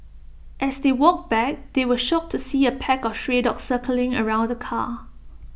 as they walked back they were shocked to see A pack of stray dogs circling around the car